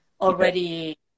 already